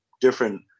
different